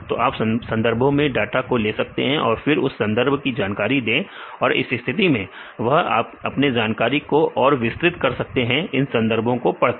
तो आप संदर्भों से डाटा को ले सकते हैं फिर आप उस संदर्भ की जानकारी दें और इस स्थिति में वह अपने जानकारी को और विस्तृत कर सकते हैं इन संदर्भों को पढ़कर